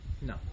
No